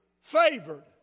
favored